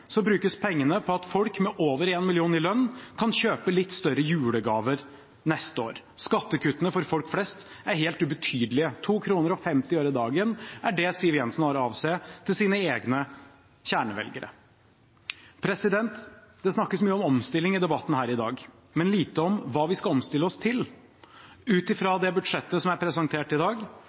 brukes pengene slik at folk med over 1 mill. kr i lønn kan kjøpe litt større julegaver neste år. Skattekuttene for folk flest er helt ubetydelige. 2 kr og 50 øre dagen er det Siv Jensen har å avse til sine egne kjernevelgere. Det snakkes mye om omstilling i debatten her i dag, men lite om hva vi skal omstille oss til. Ut fra det budsjettet som er presentert i dag,